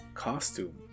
costume